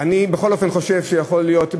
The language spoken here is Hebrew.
אני בכל אופן חושב שיכול להיות,